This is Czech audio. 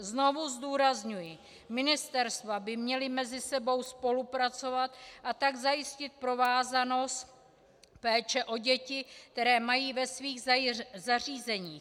Znovu zdůrazňuji, ministerstva by měla mezi sebou spolupracovat, a tak zajistit provázanost péče o děti, které mají ve svých zařízeních.